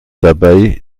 dabei